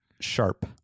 Sharp